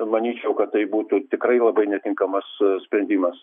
manyčiau kad tai būtų tikrai labai netinkamas sprendimas